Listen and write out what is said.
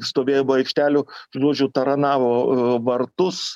stovėjimo aikštelių žodžiu taranavo vartus